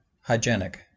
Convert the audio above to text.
Hygienic